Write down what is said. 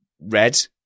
red